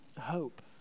hope